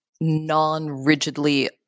non-rigidly